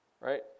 right